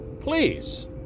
please